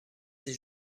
des